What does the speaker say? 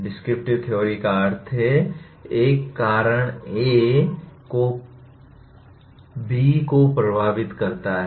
descriptive theory का अर्थ है एक कारण A B को प्रभावित करता है